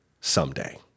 someday